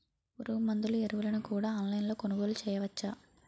పురుగుమందులు ఎరువులను కూడా ఆన్లైన్ లొ కొనుగోలు చేయవచ్చా?